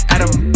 Adam